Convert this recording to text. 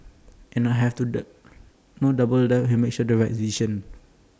and I have to no doubt that he'll make the right decision